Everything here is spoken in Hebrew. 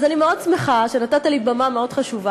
אז אני מאוד שמחה שנתת לי במה מאוד חשובה